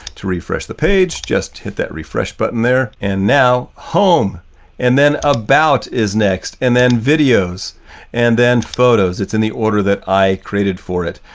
to refresh the page, just hit that refresh button there and now home and then about is next and then videos and then photos, it's in the order that i created for it.